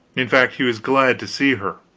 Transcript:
in fact, he was glad to see her,